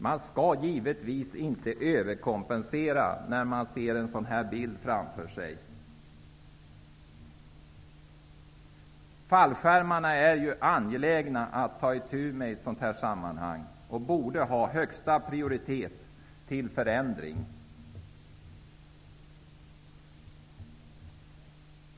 Man skall givetvis inte överkompensera när man ser en sådan här bild framför sig. Det är i ett sådant sammanhang angeläget att ta itu med fallskärmarna. Det borde ha högsta prioritet till förändring.